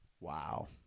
Wow